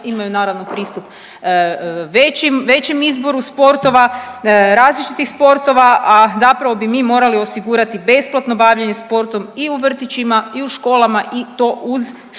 ima naravno pristup većim izboru sportova, različitih sportova, a zapravo bi mi morali osigurati besplatno bavljenje sportom i u vrtićima i u školama i to uz stručne